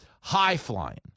high-flying